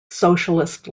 socialist